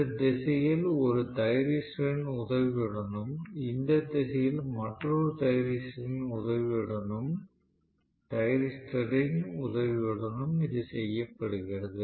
இந்த திசையில் ஒரு தைரிஸ்டரின் உதவியுடனும் இந்த திசையில் மற்றொரு தைரிஸ்டரின் உதவியுடனும் இது செய்யப்படுகிறது